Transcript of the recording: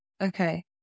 Okay